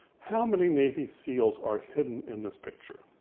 how many nave seals are hidden in this picture?